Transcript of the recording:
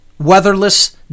weatherless